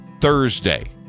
Thursday